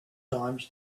times